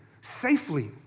safely